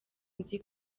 nzi